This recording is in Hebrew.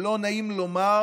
ולא נעים לומר